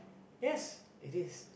yes it is